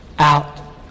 out